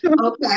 Okay